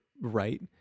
right